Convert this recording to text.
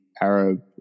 Arab